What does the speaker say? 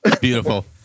Beautiful